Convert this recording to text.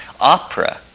Opera